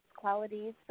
Qualities